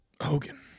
Hogan